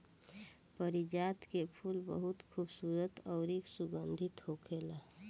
पारिजात के फूल बहुत खुबसूरत अउरी सुगंधित होखेला